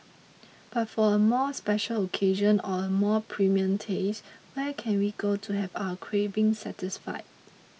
but for a more special occasion or a more premium taste where can we go to have our craving satisfied